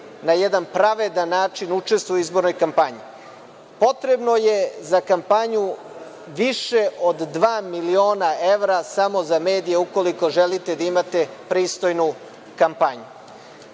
na jedan pravedan način učestvuju u izbornoj kampanji. Potrebno je za kampanju više od dva miliona evra samo za medije, ukoliko želite da imate pristojnu kampanju.